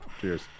cheers